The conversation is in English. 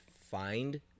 find